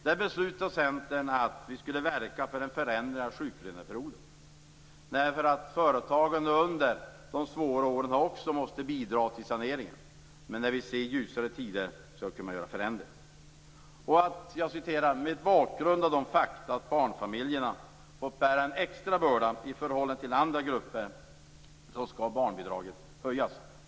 Där beslutade Centern att vi skulle verka för en förändring av sjuklöneperioden. Också företagen måste bidra till saneringen under de svåra åren, men när vi ser ljusare tider kan man göra förändringar. Vidare sägs att "med bakgrund av de fakta att barnfamiljerna fått bära en extra börda i förhållande till andra grupper skall barnbidraget höjas".